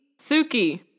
Suki